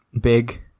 big